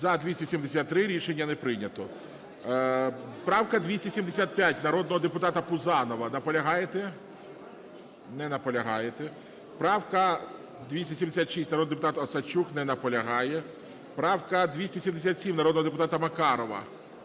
За-73 Рішення не прийнято. Правка 275, народного депутата Пузанова. Наполягаєте? Не наполягаєте. Правка 276, народний депутат Осадчук. Не наполягає. Правка 277, народного депутата Макарова.